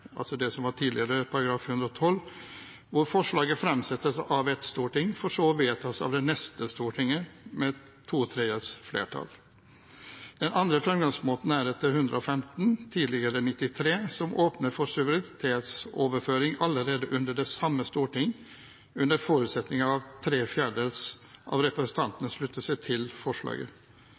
tidligere § 112 – hvor forslaget fremsettes av ett storting, for så å vedtas av det neste storting med to tredjedels flertall. Den andre fremgangsmåten er etter § 115 – tidligere § 93 – som åpner for suverenitetsoverføring allerede under det samme storting, under forutsetning av at tre fjerdedeler av representantene slutter seg til forslaget.